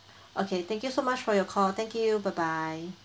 okay thank you so much for your call thank you bye bye